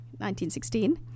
1916